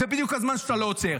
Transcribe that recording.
זה בדיוק הזמן שאתה לא עוצר.